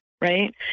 Right